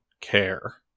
care